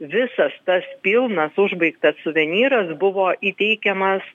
visas tas pilnas užbaigtas suvenyras buvo įteikiamas